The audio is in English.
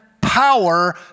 power